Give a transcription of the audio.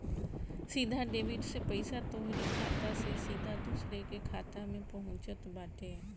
सीधा डेबिट से पईसा तोहरी खाता से सीधा दूसरा के खाता में पहुँचत बाटे